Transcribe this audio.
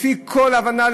לפי כל הבנה,